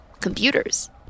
computers